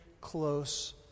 close